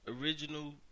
original